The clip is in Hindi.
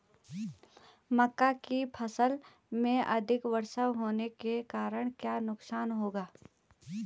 मक्का की फसल में अधिक वर्षा होने के कारण क्या नुकसान होगा?